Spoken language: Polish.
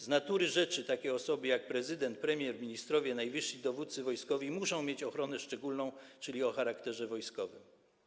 Z natury rzeczy takie osoby jak prezydent, premier, ministrowie i najwyżsi dowódcy wojskowi muszą mieć szczególną ochronę, czyli o charakterze wojskowym.